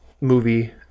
movie